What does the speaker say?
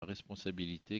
responsabilité